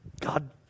God